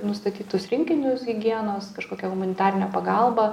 nustatytus rinkinius higienos kažkokią humanitarinę pagalbą